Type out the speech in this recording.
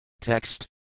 Text